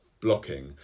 blocking